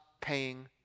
paying